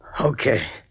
Okay